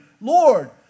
Lord